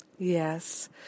Yes